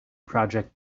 project